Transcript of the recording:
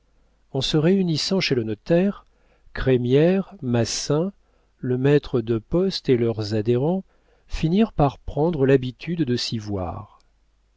en se réunissant chez le notaire crémière massin le maître de poste et leurs adhérents finirent par prendre l'habitude de